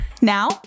now